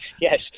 yes